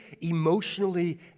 emotionally